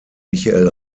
michael